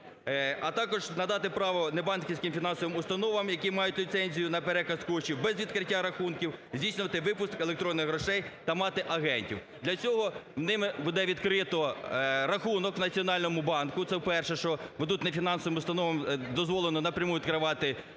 а також надати право небанківським фінансовим установам, які мають ліцензію на переказ коштів без відкриття рахунків здійснювати випуск електронних грошей та мати агентів, для цього ними буде відкрито рахунок в Національному банку. Це вперше, що тут нефінансовим установам дозволено напряму відкривати